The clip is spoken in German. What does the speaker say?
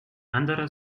anderer